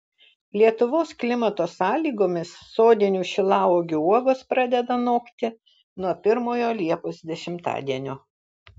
lietuvos klimato sąlygomis sodinių šilauogių uogos pradeda nokti nuo pirmojo liepos dešimtadienio